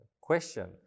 question